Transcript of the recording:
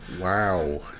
Wow